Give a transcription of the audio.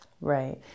Right